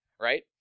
Right